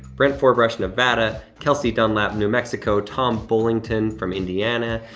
brent forbrush, nevada, kelsey dunlap new mexico, tom bullington from indiana,